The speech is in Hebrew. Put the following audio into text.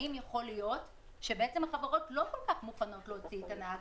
האם יכול להיות שבעצם החברות לא כל כך מוכנות להוציא את הנהג